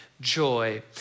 joy